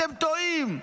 אתם טועים.